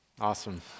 Awesome